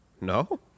no